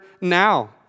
now